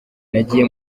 nagiye